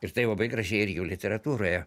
ir tai labai gražiai ir jų literatūroje